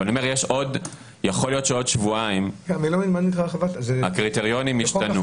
אבל יכול להיות שעוד שבועיים הקריטריונים ישתנו.